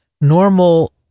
normal